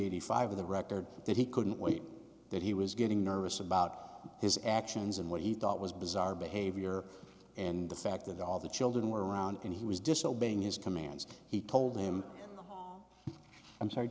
eighty five the record that he couldn't wait that he was getting nervous about his actions and what he thought was bizarre behavior and the fact that all the children were around and he was disobeying his commands he told them i'm sorry